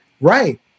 right